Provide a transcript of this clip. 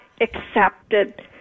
accepted